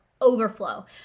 Overflow